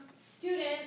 student